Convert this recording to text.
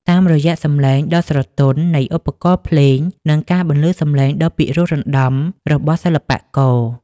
តាមរយៈសម្លេងដ៏ស្រទន់នៃឧបករណ៍ភ្លេង និងការបន្លឺសម្លេងដ៏ពិរោះរណ្តំរបស់សិល្បករ